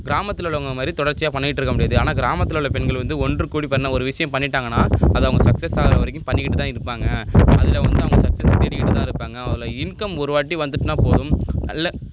கிராமத்தில் உள்ளவங்கள மாதிரி தொடர்ச்சியாக பண்ணிகிட்ருக்க முடியாது ஆனால் கிராமத்தில் உள்ள பெண்கள் வந்து ஒன்று கூடி பண்ண ஒரு விசியம் பண்ணிட்டாங்கனா அதை அவங்க சக்ஸஸ் ஆகிற வரைக்கும் பண்ணிகிட்டு தான் இருப்பாங்க அதில் வந்து அவங்க சக்ஸஸை தேடிக்கிட்டு தான் இருப்பாங்க அதில் இன்கம் ஒரு வாட்டி வந்துட்டுனா போதும் நல்ல